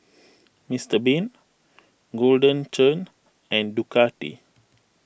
Mister Bean Golden Churn and Ducati